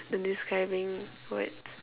the describing words